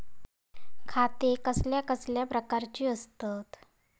खाते कसल्या कसल्या प्रकारची असतत?